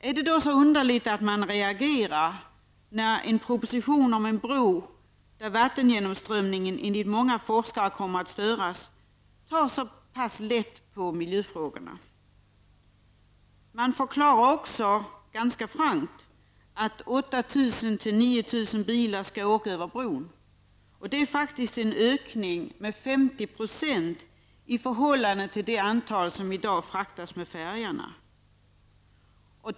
Är det då underligt att man reagerar när en proposition om en bro -- som enligt många forskare kommer att störa vattengenomströmningen -- tar så pass lätt på miljöfrågorna? Man förklarar också ganska frankt att 8 000--9 000 bilar per dygn skall åka över bron. Det är faktiskt en ökning med 50 % i förhållande till det antal som i dag fraktas med färjorna.